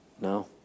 No